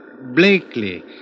Blakely